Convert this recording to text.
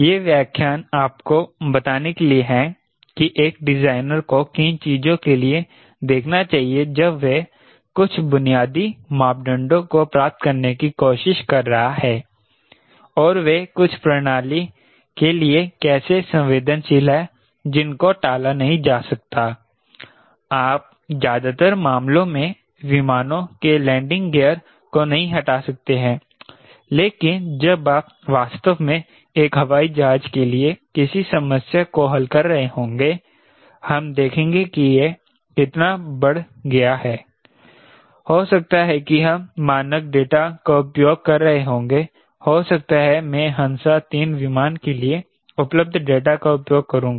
ये व्याख्यान आपको बताने के लिए हैं कि एक डिजाइनर को किन चीज़ों के लिए देखना चाहिए जब वह कुछ बुनियादी मापदंडों को प्राप्त करने की कोशिश कर रहा है और वे कुछ प्रणाली के लिए कैसे संवेदनशील हैं जिनको टाला नहीं जा सकता है आप ज्यादातर मामलों में विमानों के लैंडिंग गियर को नहीं हटा सकते हैं लेकिन जब आप वास्तव में एक हवाई जहाज के लिए किसी समस्या को हल कर रहे होंगे हम देखेंगे कि यह कितना बढ़ गया है हो सकता है कि हम मानक डेटा का उपयोग कर रहे होंगे हो सकता है कि मैं हंसा 3 विमान के लिए उपलब्ध डेटा का उपयोग करूंगा